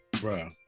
Bro